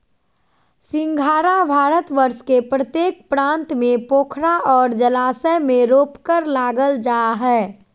सिंघाड़ा भारतवर्ष के प्रत्येक प्रांत में पोखरा और जलाशय में रोपकर लागल जा हइ